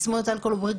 בתסמונת האלכוהול העוברי,